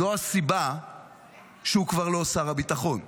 זו הסיבה שהוא כבר לא שר הביטחון.